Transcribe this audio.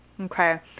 Okay